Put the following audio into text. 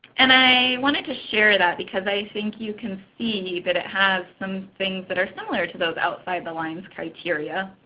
and i wanted to share that because i think you can see that it has some things that are similar to those outside the lines criteria.